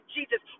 Jesus